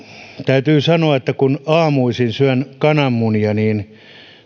täytyy sanoa että kun aamuisin syön kananmunia